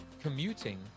commuting